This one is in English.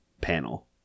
panel